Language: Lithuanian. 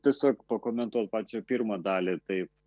tiesiog pakomentuot pačią pirmą dalį taip